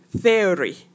theory